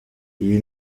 iyi